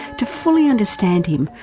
to fully understand him,